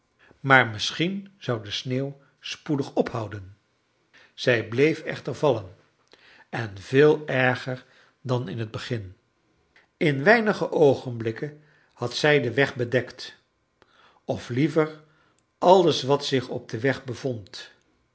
maar misschien zou de sneeuw spoedig ophouden zij bleef echter vallen en veel erger dan in het begin in weinige oogenblikken had zij den weg bedekt of liever alles wat zich op den weg bevond